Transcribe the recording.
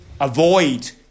avoid